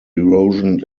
erosion